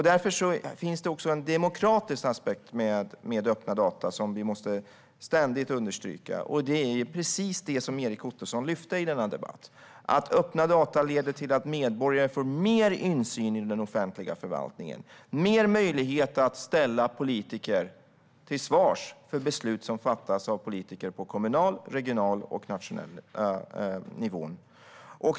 Därför finns det också en demokratisk aspekt med öppna data som vi ständigt måste understryka, och det är precis det som Erik Ottoson lyfte fram i denna debatt: att öppna data leder till att medborgare får mer insyn i den offentliga förvaltningen och större möjlighet att ställa politiker till svars för beslut som fattas på kommunal, regional och nationell nivå.